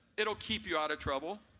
it will keep you out of trouble.